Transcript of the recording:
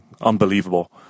unbelievable